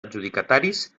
adjudicataris